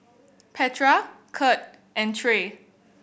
Petra Kurt and Trae